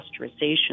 pasteurization